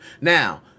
Now